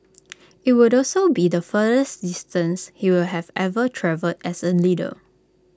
IT would also be the furthest distance he will have ever travelled as A leader